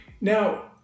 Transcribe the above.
Now